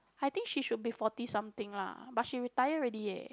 I think she should be forty something lah but she retire already eh